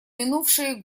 минувшие